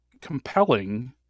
compelling